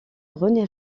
rené